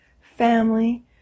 family